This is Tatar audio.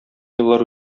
еллар